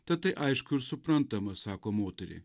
tatai aišku ir suprantama sako moteriai